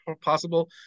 possible